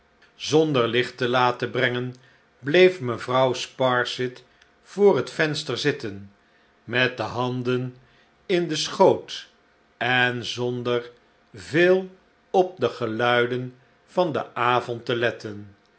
zonder licht te laten brengen bleef mevrouw sparsit voor het venster zitten met de handen in den slechte tijden schoot en zonder veel op de geluiden van den avond te letten